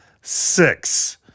six